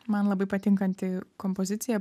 man labai patinkanti kompozicija